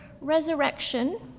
resurrection